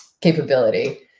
capability